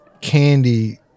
candy